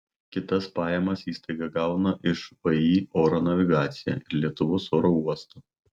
kitas pajamas įstaiga gauna iš vį oro navigacija ir lietuvos oro uostų